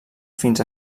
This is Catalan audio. fins